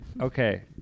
Okay